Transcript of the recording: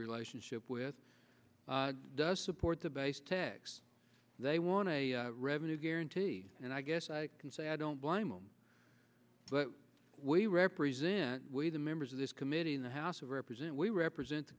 relationship with does support the base tags they want a revenue guarantee and i guess i can say i don't blame them but we represent we the members of this committee in the house of represent we represent the